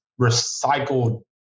recycled